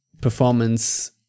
performance